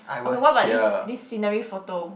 okay what about this this scenery photo